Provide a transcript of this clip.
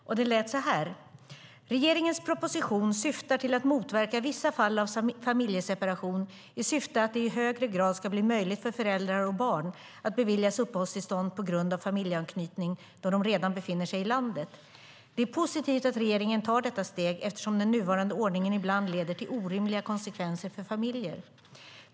I motionen skrev vi följande: "Regeringens proposition syftar till att motverka vissa fall av familjeseparation i syfte att det i högre grad ska bli möjligt för föräldrar och barn att beviljas uppehållstillstånd på grund av familjeanknytning då de redan befinner sig i landet. Det är positivt att regeringen tar detta steg eftersom den nuvarande ordningen ibland leder till orimliga konsekvenser för familjer.